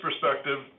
perspective